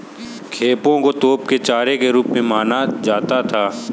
खेपों को तोप के चारे के रूप में माना जाता था